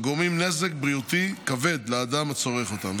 שגורמים נזק בריאותי כבד לאדם הצורך אותם,